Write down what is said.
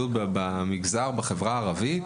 של פעילות בחברה הערבית.